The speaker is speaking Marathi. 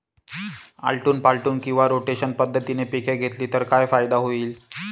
आलटून पालटून किंवा रोटेशन पद्धतीने पिके घेतली तर काय फायदा होईल?